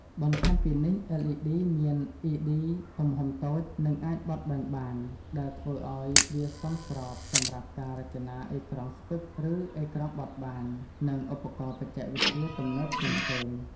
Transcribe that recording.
បន្ថែមពីនេះLED មានEDទំហំតូច និងអាចបត់បែនបាន ដែលធ្វើឲ្យវាសមស្របសម្រាប់ការរចនាអេក្រង់ស្ពឹក ឬអេក្រង់បត់បាន និងឧបករណ៍បច្ចេកវិទ្យាទំនើបផ្សេងៗ។